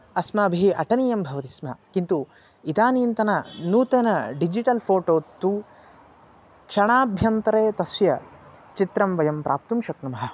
अस्माभिः अटनीयं भवति स्म किन्तु इदानीन्तन नूतन डिजिटल् फ़ोटो तु क्षणाभ्यन्तरे तस्य चित्रं वयं प्राप्तुं शक्नुमः